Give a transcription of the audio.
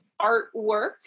Artwork